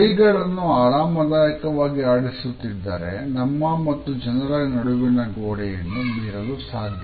ಕೈಗಳನ್ನು ಆರಾಮದಾಯಕವಾಗಿ ಆಡಿಸುತ್ತಿದ್ದರೆ ನಮ್ಮ ಮತ್ತು ಜನರ ನಡುವಿನ ಗೋಡೆಯನ್ನು ಮೀರಲು ಸಾಧ್ಯ